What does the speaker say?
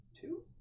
two